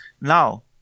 now